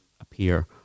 appear